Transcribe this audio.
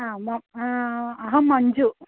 मम् अहं मञ्जु